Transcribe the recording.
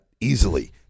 easily